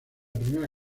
primera